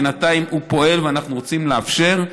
בינתיים הוא פועל, ואנחנו רוצים לאפשר.